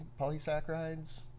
polysaccharides